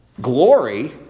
glory